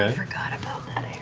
and forgot about